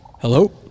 Hello